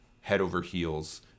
head-over-heels